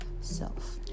self